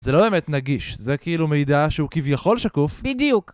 זה לא באמת נגיש, זה כאילו מידע שהוא כביכול שקוף. בדיוק.